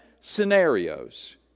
scenarios